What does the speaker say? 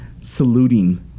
saluting